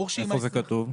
איפה זה כתוב?